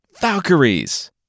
Valkyries